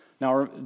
Now